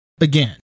Again